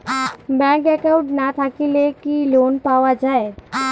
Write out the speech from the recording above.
Bank account না থাকিলে কি লোন পাওয়া য়ায়?